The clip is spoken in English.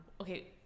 Okay